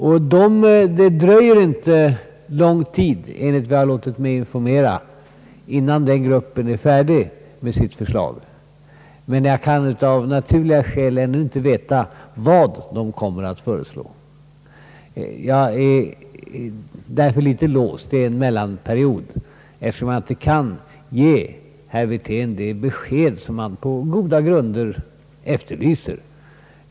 Enligt vad jag blivit informerad dröjer det inte lång tid innan den gruppen är färdig med sitt förslag. Av naturliga skäl vet jag emellertid inte vad förslaget kommer att innebära. Under mellanperioden är jag därför förhindrad att ge herr Wirtén det besked som han på goda grunder efterlyser.